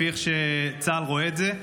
לפי איך שצה"ל רואה את זה,